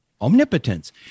omnipotence